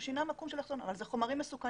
הוא שינה מקום של אחסון אבל אלה חומרים מסוכנים.